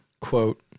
quote